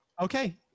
Okay